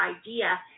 idea